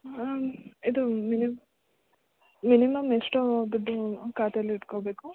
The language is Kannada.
ಆಂ ಇದು ಮಿನಿ ಮಿನಿಮಮ್ ಎಷ್ಟು ದುಡ್ಡು ಖಾತೆಯಲ್ಲಿಟ್ಕೋಬೇಕು